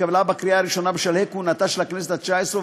התקבלה בקריאה הראשונה בשלהי כהונתה של הכנסת התשע-עשרה,